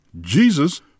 Jesus